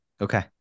Okay